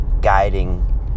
guiding